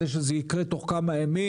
כדי שזה יקרה תוך כמה ימים,